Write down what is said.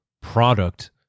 product